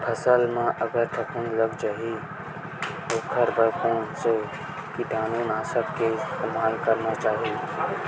फसल म अगर फफूंद लग जा ही ओखर बर कोन से कीटानु नाशक के इस्तेमाल करना चाहि?